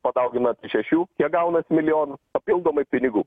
padauginat iš šešių kiek gaunat milijonų papildomai pinigų